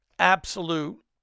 absolute